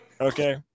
Okay